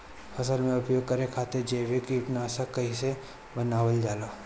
फसल में उपयोग करे खातिर जैविक कीटनाशक कइसे बनावल जाला?